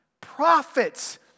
Prophets